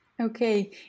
okay